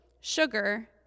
Sugar